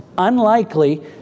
unlikely